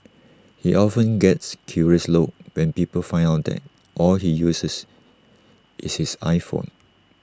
he often gets curious looks when people find out that all he uses is his iPhone